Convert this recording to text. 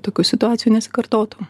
tokių situacijų nesikartotų